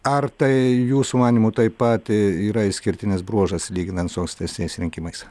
ar tai jūsų manymu taip pat yra išskirtinis bruožas lyginant su ankstesniais rinkimais